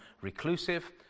reclusive